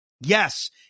Yes